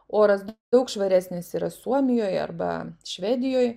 oras daug švaresnis yra suomijoj arba švedijoj